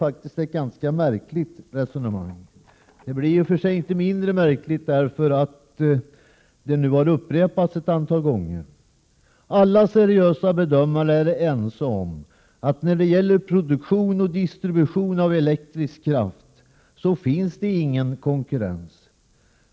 Detta är ett ganska märkligt resonemang. Det blir i och för sig inte mindre märkligt av att ha upprepats ett antal gånger. Alla seriösa bedömare är överens om att det vid produktion och distribution av elektrisk kraft inte finns någon konkurrens.